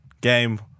game